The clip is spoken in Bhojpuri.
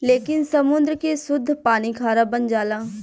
लेकिन समुंद्र के सुद्ध पानी खारा बन जाला